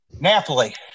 Napoli